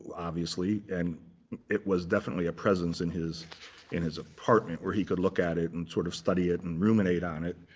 obviously, and it was definitely a presence in his in his apartment where he could look at it and sort of study it and ruminate on it.